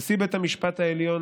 נשיא בית המשפט העליון,